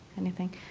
anything?